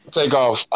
takeoff